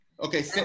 Okay